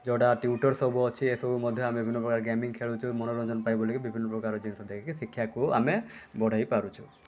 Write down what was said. ଯେଉଁଟା ଟିଉଟର୍ ସବୁ ଅଛି ଏସବୁ ମଧ୍ୟ ଆମେ ବିଭିନ୍ନପ୍ରକାର ଗେମିଙ୍ଗ୍ ଖେଳୁଛୁ ମନୋରଞ୍ଜନ ପାଇଁ ବୋଲିକି ବିଭିନ୍ନପ୍ରକାର ଜିନିଷ ଦେଇକି ଶିକ୍ଷାକୁ ଆମେ ବଢ଼ାଇ ପାରୁଛୁ